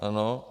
Ano?